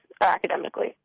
academically